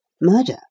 murder